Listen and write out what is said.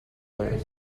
player